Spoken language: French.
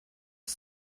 dit